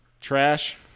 Trash